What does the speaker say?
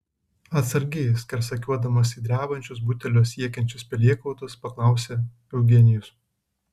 atsargiai skersakiuodamas į drebančius butelio siekiančius pelėkautus paklausė eugenijus